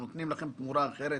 או נותנים לכם תמורה אחרת.